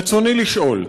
רצוני לשאול: